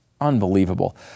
Unbelievable